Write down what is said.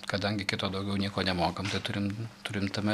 kadangi kito daugiau nieko nemokam tai turim turim tame